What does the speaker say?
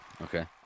Okay